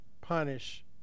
punish